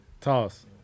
Toss